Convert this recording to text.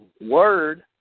word